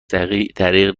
دریغ